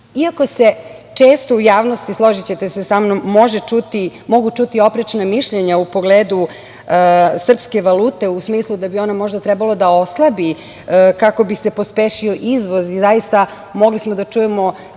se često u javnosti, složićete se sa mnom, mogu čuti oprečna mišljenja u pogledu srpske valute u smislu da bi ona možda trebalo da oslabi kako bi se pospešio izvoz i zaista, mogli smo da čujemo